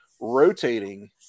rotating